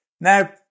Now